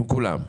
עם כולם?